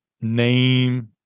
name